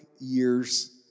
years